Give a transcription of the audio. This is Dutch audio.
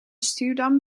stuwdam